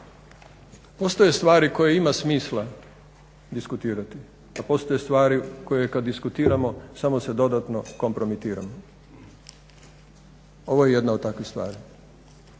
postoje stvari koje ima smisla diskutirati, a postoje stvari koje kad diskutiramo samo se dodatno kompromitiramo. Ovo je jedna od takvih stvari.